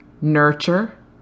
nurture